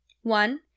One